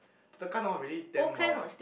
the tekan all already damn mild eh